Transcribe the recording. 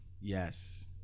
yes